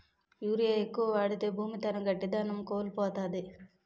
urea ఎక్కువ వాడితే భూమి తన గట్టిదనం కోల్పోతాది